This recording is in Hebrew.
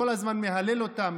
כל הזמן מהלל אותם,